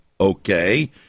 Okay